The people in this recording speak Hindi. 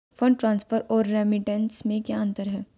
फंड ट्रांसफर और रेमिटेंस में क्या अंतर है?